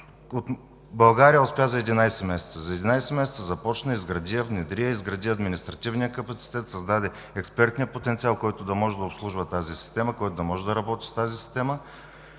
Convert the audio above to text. България успя за 11 месеца. За 11 месеца започна, изгради я, внедри я, изгради административния капацитет, създаде експертния потенциал, който да може да обслужва тази система, да може да работи с тази система